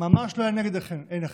ממש לא היה נגד עיניכם.